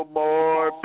more